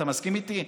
אתה מסכים איתי?